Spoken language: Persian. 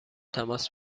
تماس